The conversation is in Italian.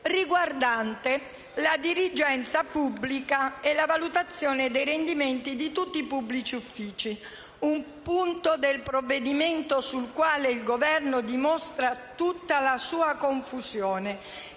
riguardante la dirigenza pubblica e la valutazione dei rendimenti di tutti i pubblici uffici; un punto del provvedimento sul quale il Governo dimostra tutta la sua confusione